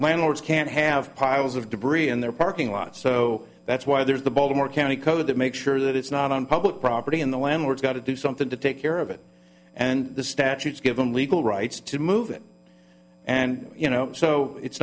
landlords can't have piles of debris in their parking lot so that's why there's the baltimore county code to make sure that it's not on public property in the landlords got to do something to take care of it and the statutes give them legal rights to move it and you know so it's